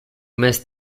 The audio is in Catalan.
més